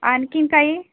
आणखी काही